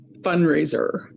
fundraiser